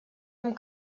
amb